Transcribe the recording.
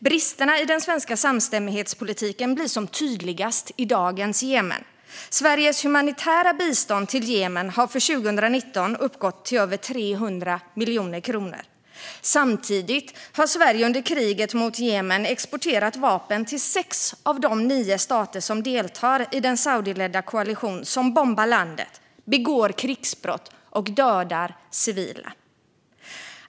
Bristerna i den svenska samstämmighetspolitiken blir som tydligast i dagens Jemen. Sveriges humanitära bistånd till Jemen uppgick 2019 till över 300 miljoner kronor. Samtidigt har Sverige under kriget mot Jemen exporterat vapen till sex av de nio stater som deltar i den saudiskledda koalition som bombar landet, begår krigsbrott och dödar civila.